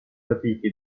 fatiche